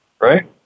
Right